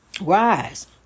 Rise